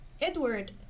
Edward